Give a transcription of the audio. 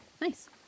nice